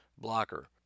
blocker